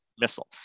missile